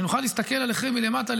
אנחנו מסתכלים עליכם מלמטה.